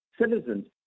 citizens